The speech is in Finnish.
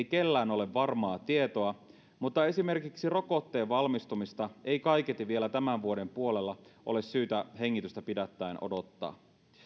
kellään ole varmaa tietoa mutta esimerkiksi rokotteen valmistumista ei kaiketi vielä tämän vuoden puolella ole syytä hengitystä pidättäen odottaa